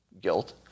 guilt